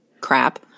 crap